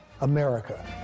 America